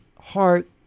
heart